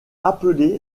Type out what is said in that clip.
appelé